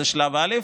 זה שלב א',